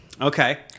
Okay